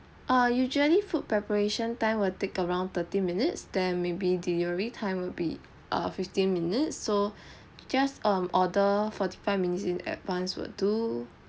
err usually food preparation time will take around thirty minutes then maybe delivery time will be err fifteen minutes so just um order forty five minutes in advance will do